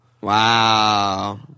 Wow